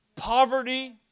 Poverty